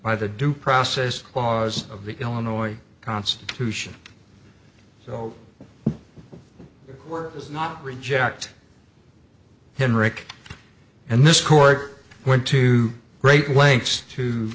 by the due process clause of the illinois constitution will not reject him rick and this court went to great lengths to